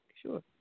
Sure